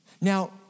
Now